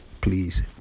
please